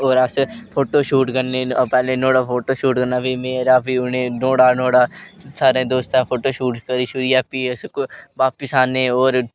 और अस photo shoot करने ना अस नुआढ़ा फोटो शूट करना फ्ही मेरा फ्ही उनें नुआढ़ा सारे दोस्तें दा फोटो शूट करियै फ्ही अस बापिस औने और